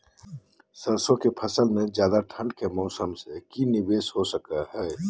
सरसों की फसल में ज्यादा ठंड के मौसम से की निवेस हो सको हय?